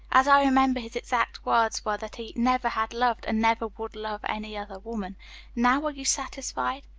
as i remember, his exact words were that he never had loved and never would love any other woman now are you satisfied?